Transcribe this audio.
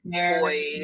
toys